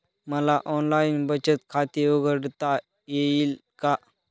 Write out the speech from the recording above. मला ऑनलाइन बचत खाते उघडता येईल का?